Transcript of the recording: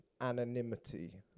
anonymity